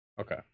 Okay